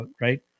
right